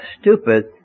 stupid